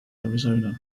arizona